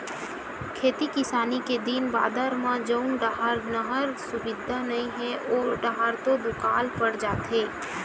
खेती किसानी के दिन बादर म जउन डाहर नहर सुबिधा नइ हे ओ डाहर तो दुकाल पड़ जाथे